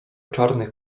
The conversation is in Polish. czarnych